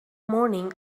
morning